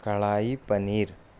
کڑائی paneer